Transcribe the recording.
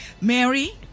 Mary